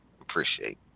appreciate